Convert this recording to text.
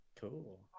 Cool